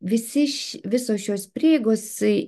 visi š visos šios prieigos